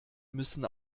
müssen